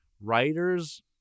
writers